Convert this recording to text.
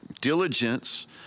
diligence